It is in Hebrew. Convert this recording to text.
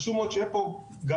נפלו.